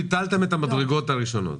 ביטלתם את המדרגות הראשונות.